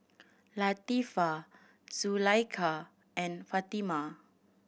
Latifa Zulaikha and Fatimah